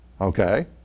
Okay